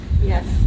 Yes